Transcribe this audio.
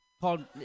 called